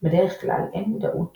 בדרך כלל אין מודעות